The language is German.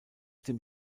dem